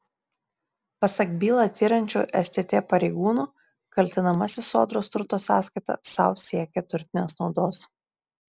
pasak bylą tiriančių stt pareigūnų kaltinamasis sodros turto sąskaita sau siekė turtinės naudos